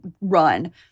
run